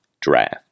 draft